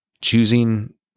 choosing